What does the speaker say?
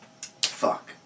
fuck